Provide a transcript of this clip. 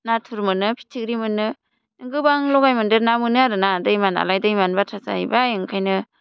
नाथुर मोनो फिथिख्रि मोनो गोबां लगायमोन्देर ना मोनो आरोना दैमा नालाय दैमानि बाथ्रा जाहैबाय ओंखायनो